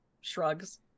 shrugs